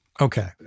Okay